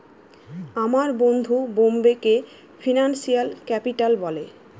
আমার বন্ধু বোম্বেকে ফিনান্সিয়াল ক্যাপিটাল বলে